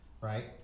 right